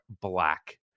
black